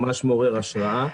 זה ממש מעורר השראה.